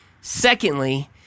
Secondly